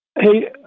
Hey